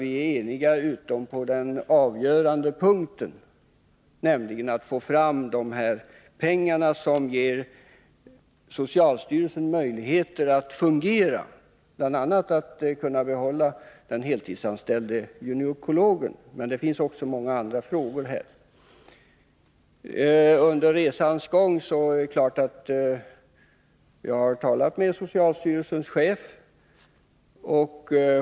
Vi är eniga utom beträffande den avgörande punkten, nämligen att få fram de pengar som ger socialstyrelsen möjlighet att fungera, bl.a. att kunna behålla den heltidsanställde gynekologen, men det finns också många andra frågor. Under resans gång har jag talat med socialstyrelsens chef.